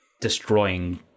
destroying